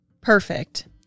Perfect